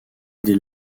des